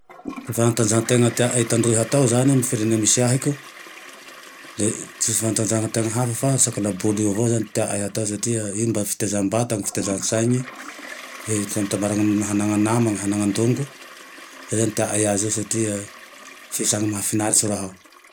Ty fanatanjahantena teaay tandroy hatao zane e amin'ny firene misy ahiko de tsisy fanatanjahantena hafa fa labôly io avao zane ty tia ay hatao satria io mba titezam-bata, fitezan-tsaigne, hitambara ame hanagne nama hananan-dongo. Zay zane tea ay aze io satria fihisagny mahafiritsy raha io.